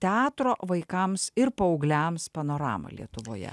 teatro vaikams ir paaugliams panoramą lietuvoje